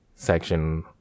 Section